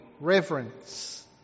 reverence